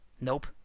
Nope